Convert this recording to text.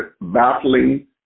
battling